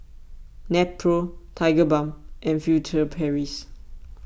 Nepro Tigerbalm and Furtere Paris